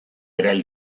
erail